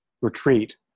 retreat